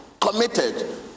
committed